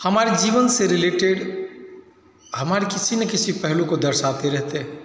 हमारे जीवन से रिलटेड हमारे किसी न किसी पहलू को दर्शाते रहते